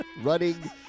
Running